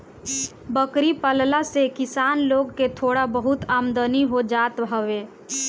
बकरी पालला से किसान लोग के थोड़ा बहुत आमदनी हो जात हवे